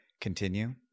continue